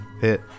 Hit